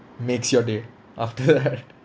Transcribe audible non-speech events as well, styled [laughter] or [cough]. makes your day after [laughs] that